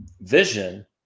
vision